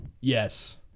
yes